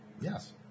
Yes